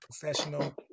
professional